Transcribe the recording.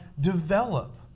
develop